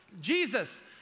Jesus